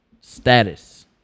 status